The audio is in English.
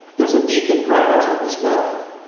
there's a deep ingratitude as well.